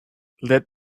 let